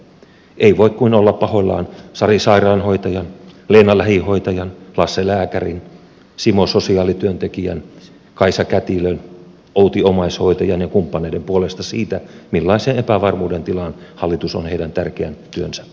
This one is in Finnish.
ei voi kuin olla pahoillaan sari sairaanhoitajan leena lähihoitajan lasse lääkärin simo sosiaalityöntekijän kaisa kätilön outi omaishoitajan ja kumppaneiden puolesta siitä millaiseen epävarmuuden tilaan hallitus on heidän tärkeän työnsä ajanut